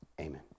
Amen